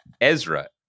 Ezra